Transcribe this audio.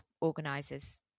organisers